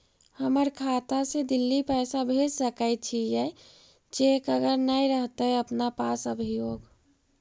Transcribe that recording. हमर खाता से दिल्ली पैसा भेज सकै छियै चेक अगर नय रहतै अपना पास अभियोग?